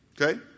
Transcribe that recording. Okay